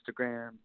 Instagram